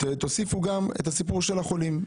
תוסיפו גם את הסיפור של החולים.